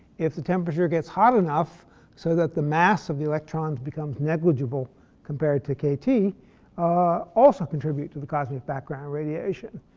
if the temperature gets hot enough so that the mass of the electrons becomes negligible compared to kt, also contribute to the cosmic background radiation.